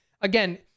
again